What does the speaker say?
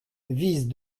vise